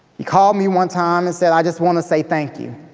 he called me one time and said, i just want to say thank you.